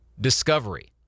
discovery